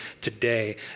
today